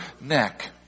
neck